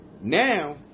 now